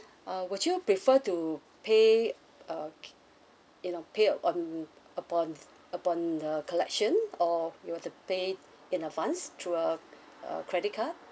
uh would you prefer to pay in uh you know pay um upon upon the collection or you want to pay in advance through a uh credit card